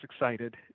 excited